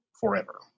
forever